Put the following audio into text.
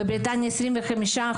בבריטניה 25%,